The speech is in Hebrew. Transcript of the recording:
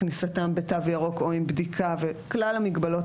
כניסתם בתו ירוק או עם בדיקה וכלל המגבלות